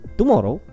tomorrow